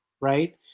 right